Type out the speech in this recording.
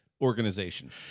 organization